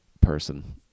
person